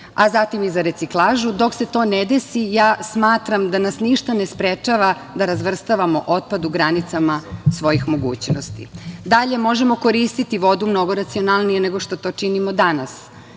a zatim i za reciklažu. Dok se to ne desi, ja smatram da nas ništa ne sprečava da razvrstavamo otpad u granicama svojih mogućnosti. Dalje, možemo koristiti vodu mnogo racionalnije nego što to činimo danas.